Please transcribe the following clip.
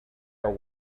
are